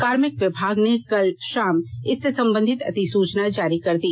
कार्मिक विभाग ने कल शाम इससे संबंधित अधिसूचना जारी कर दी